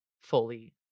fully